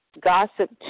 gossip